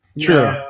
True